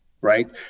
right